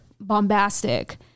bombastic